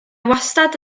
wastad